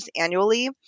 annually